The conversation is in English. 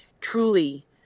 truly